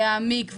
להעמיק,